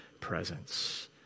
presence